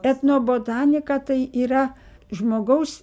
etnobotanika tai yra žmogaus